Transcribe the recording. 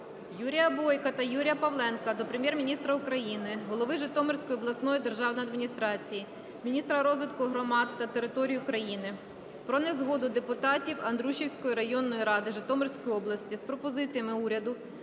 Юрія Бойка та Юрія Павленка до Прем'єр-міністра України, голови Житомирської обласної державної адміністрації, міністра розвитку громад та територій України про незгоду депутатів Андрушівської районної ради Житомирської області з пропозиціями Уряду